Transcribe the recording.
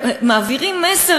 ומעבירים מסר,